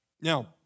now